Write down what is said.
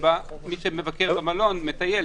שבה מי שמבקר במלון מטייל.